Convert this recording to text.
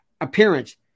appearance